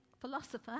philosopher